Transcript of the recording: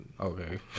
Okay